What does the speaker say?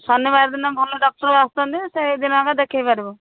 ଶନିବାର ଦିନ ଭଲ ଡକ୍ଟର୍ ଆସୁଛନ୍ତି ସେହିଦିନ ଆମେ ଦେଖେଇ ପାରିବୁ